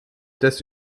des